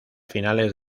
finales